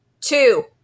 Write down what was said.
two